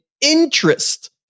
interest